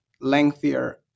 lengthier